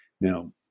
Now